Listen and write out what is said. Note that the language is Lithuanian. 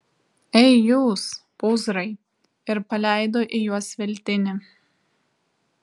ei jūs pūzrai ir paleido į juos veltinį